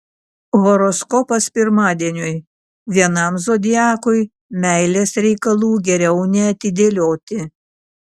horoskopas pirmadieniui vienam zodiakui meilės reikalų geriau neatidėlioti